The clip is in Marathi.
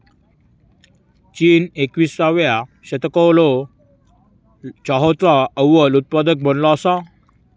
चीन एकविसाव्या शतकालो चहाचो अव्वल उत्पादक बनलो असा